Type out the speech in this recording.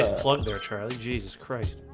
ah plug there charlie jesus christ